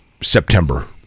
September